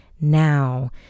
now